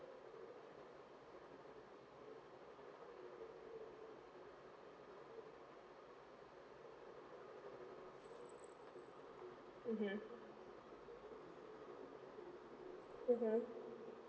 mmhmm